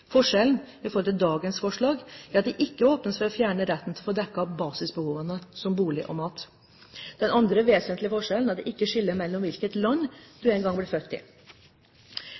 Forskjellen i forhold til dagens forslag er at det ikke åpnes for å fjerne retten til å få dekket basisbehovene som bolig og mat. Den andre vesentlige forskjellen er at det ikke skiller mellom hvilket land du en gang ble født i.